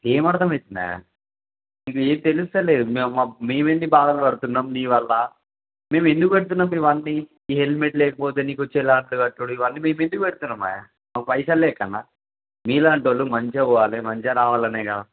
ఏమర్థం పెట్న్నా మీకు ఏ తెలుసుకో లేదు మే మేమెంటి బాధలు పడుతున్నాం నీవల్ల మేము ఎందుకు పెడుతున్నాం ఇవన్నీ ఈ హెల్మెట్ లేకపోతే నీకిచ్చేలాట్లు కట్టడాలు ఇవన్నీ మేము ఎందుకు పెడుతున్నాంమ్మ మాకు పైసలు లేకనా మీలాంటివాళ్ళు మంచిగా పోవాలి మంచిగా రావాలనేగా